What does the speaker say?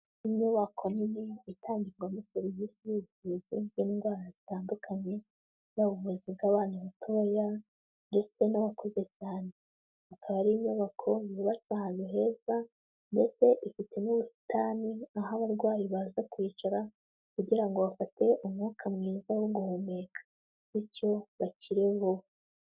Inyubako nini itangirwamo serivisi y'ubuvuzi bw'indwara zitandukanye, yaba ubuvuzi bw'abana batoya ndetse n'abakuze cyane, akaba ari inyubako yubatse ahantu heza mbese ifite n'ubusitani aho abarwayi baza kwicara kugira ngo bafate umwuka mwiza wo guhumeka bityo bakire vuba.